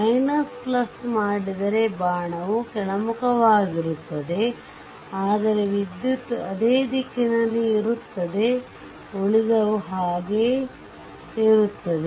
ಮತ್ತು ಮಾಡಿದರೆ ಬಾಣ ಕೆಳಮುಕವಾಗಿರುತ್ತದೆ ಆದರೆ ವಿದ್ಯುತ್ ಅದೇ ದಿಕ್ಕಿನಲ್ಲಿ ಇರುತ್ತದೆ ಉಳಿದವು ಹಾಗೆ ಇರುತ್ತದೇ